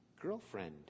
girlfriend